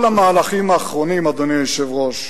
כל המהלכים האחרונים, אדוני היושב-ראש,